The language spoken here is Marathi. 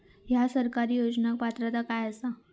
हया सरकारी योजनाक पात्रता काय आसा?